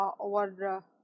over